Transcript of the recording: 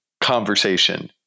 conversation